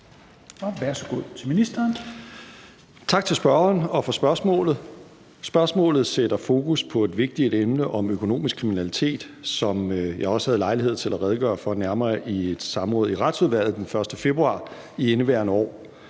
Tak til spørgeren og for spørgsmålet. Spørgsmålet sætter fokus på et vigtigt emne om økonomisk kriminalitet, som jeg også havde lejlighed til at redegøre for nærmere i et samråd i Retsudvalget den 1. februar i indeværende år,